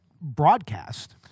broadcast